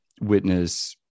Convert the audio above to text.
witness